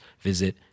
visit